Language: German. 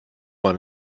man